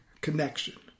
connection